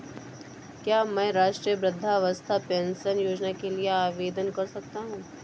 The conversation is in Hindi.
क्या मैं राष्ट्रीय वृद्धावस्था पेंशन योजना के लिए आवेदन कर सकता हूँ?